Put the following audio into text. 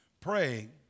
praying